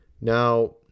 now